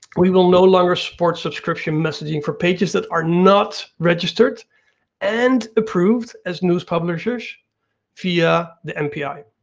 we will no longer support subscription messaging for pages that are not registered and approved as news publishers via the npi.